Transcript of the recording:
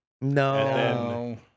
No